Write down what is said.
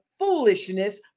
Foolishness